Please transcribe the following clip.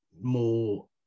more